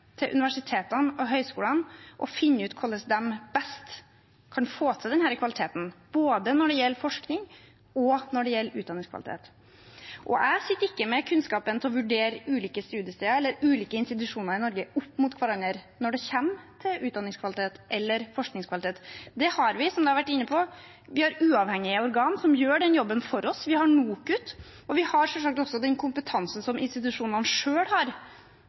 til universitetene og høyskolene å finne ut hvordan de best kan få til denne kvaliteten både når det gjelder forskning, og når det gjelder utdanningskvalitet. Jeg sitter ikke med kunnskap nok til å kunne vurdere ulike studiesteder eller ulike institusjoner i Norge opp mot hverandre når det gjelder utdanningskvalitet eller forskningskvalitet. Vi har, som vi har vært inne på, uavhengige organer som gjør den jobben for oss, vi har NOKUT, og vi har selvsagt også den kompetansen disse institusjonene, som er dem som er aller best til å vurdere det, selv har.